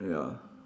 ya